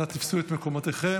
נא תפסו את מקומותיכם.